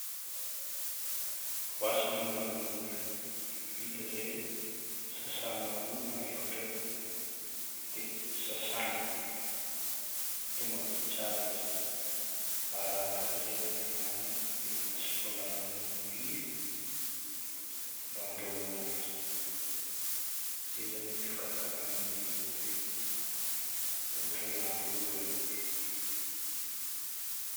Voasina alongany ilay ovy. Vita zay, sasahagna roa na efatra dia sasagna. Atao madio tsara izy. Araraka amin'izay ao agnaty vilagny dia asivagna rano hely mba handrahoagna ananjy. Zay zagny fikarakarana an'ilay ovy raha ôhatra hoe hahandro ovy anao.